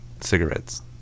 cigarettes